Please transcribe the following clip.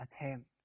attempt